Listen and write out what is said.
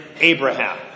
Abraham